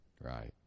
right